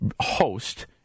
host